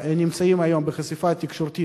שנמצאים היום בחשיפה תקשורתית,